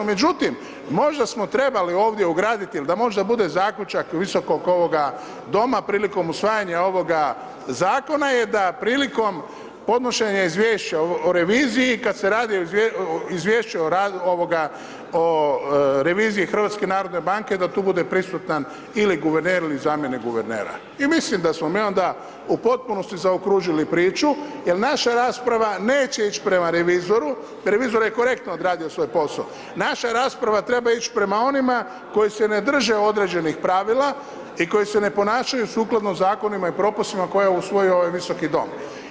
Međutim, možda smo trebali ovdje ugradit il da možda bude zaključak Visokog ovoga doma prilikom usvajanja ovoga zakona je da prilikom podnošenja izvješća o reviziji, kad se radi izvješće o reviziji HNB-a da tu bude prisutan ili guverner ili zamjenik guvernera i mislim da smo mi onda u potpunosti zaokružili priču jel naša rasprava neće ić prema revizoru, revizor je korektno odradio svoj posao, naša rasprava treba ić prema onima koji se ne drže određenih pravila i koji se ne ponašaju sukladno zakonima i propisima koje je usvojio ovaj Visoki dom.